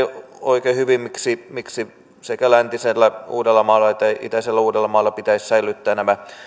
oikein hyvin miksi miksi sekä läntisellä uudellamaalla että itäisellä uudellamaalla pitäisi säilyttää nämä